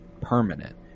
permanent